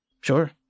Sure